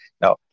no